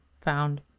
found